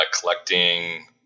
collecting